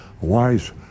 wise